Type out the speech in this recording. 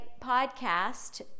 podcast